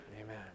Amen